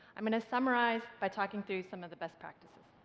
i'm going to summarize by talking through some of the best practices.